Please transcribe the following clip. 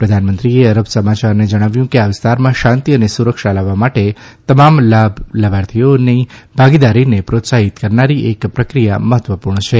પ્રધાનમંત્રીએ અરબ સમાચારને જણાવ્યું કે આ વિસ્તારમાં શાંતિ અને સુરક્ષા લાવવા માટે તમામ લાભકર્મીઓની ભાગીદારીને પ્રોત્સાહિત કરનારી એક પ્રક્રિયા મહત્વપૂર્ણ છે